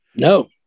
No